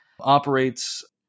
operates